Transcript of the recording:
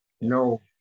no